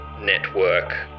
Network